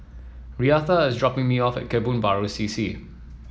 Reatha is dropping me off at Kebun Baru C C